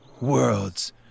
worlds